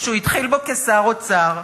שהוא התחיל בו כשר אוצר,